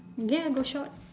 ya go short